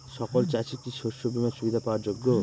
সকল চাষি কি শস্য বিমার সুবিধা পাওয়ার যোগ্য?